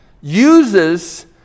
uses